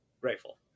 grateful